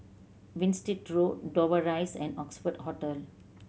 Winstedt Road Dover Rise and Oxford Hotel